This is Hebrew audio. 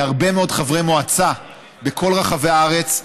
ולהרבה מאוד חברי מועצה בכל רחבי הארץ,